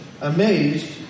Amazed